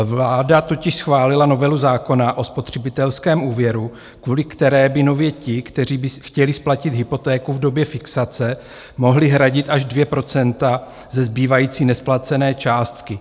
Vláda totiž schválila novelu zákona o spotřebitelském úvěru, kvůli které by nově ti, kteří by chtěli splatit hypotéku v době fixace, mohli hradit až 2 % ze zbývající nesplacené částky.